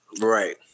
Right